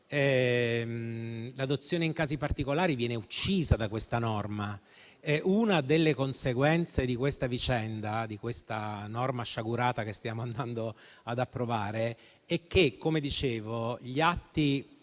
L'adozione in casi particolari viene uccisa da questa norma. Una delle conseguenze di questa norma sciagurata che stiamo andando ad approvare è che, come dicevo, gli atti